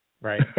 Right